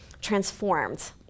transformed